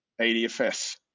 ADFS